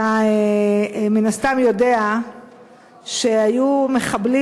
אתה מן הסתם יודע שבשחרור האחרון היו מחבלים